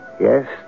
Yes